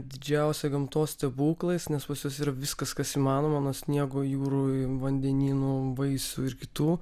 didžiausia gamtos stebuklais nes pas juos yra viskas kas įmanoma nuo sniego jūrų ir vandenynų vaisių ir kitų